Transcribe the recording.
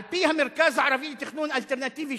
על-פי המרכז הערבי לתכנון אלטרנטיבי,